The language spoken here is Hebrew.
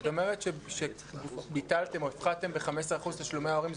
כשאת אומרת שהפחתתם ב-15% את תשלומי ההורים,